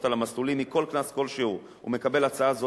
מקנסות על המסלולים,